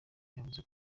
yavuze